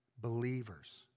believers